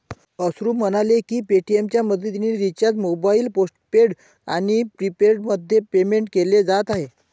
अश्रू म्हणाले की पेटीएमच्या मदतीने रिचार्ज मोबाईल पोस्टपेड आणि प्रीपेडमध्ये पेमेंट केले जात आहे